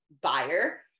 buyer